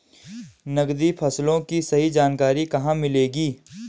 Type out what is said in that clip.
नकदी फसलों की सही जानकारी कहाँ मिलेगी?